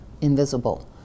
invisible